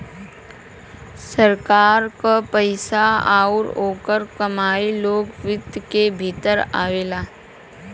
सरकार क पइसा आउर ओकर कमाई लोक वित्त क भीतर आवेला